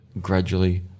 gradually